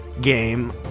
game